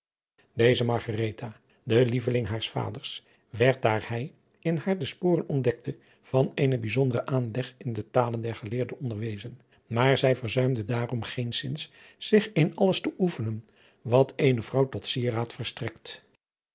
deze margaretha de lieveling haars vaders werd daar hij in haar de sporen ontdekte van eenen bijzonderen aanleg in de talen der geleerden onderwezen maar zij verzuimde daarom geenszins zich in alles te oefenen wat eene vrouw tot sieraad verstrekt